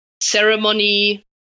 ceremony